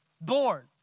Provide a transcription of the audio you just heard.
born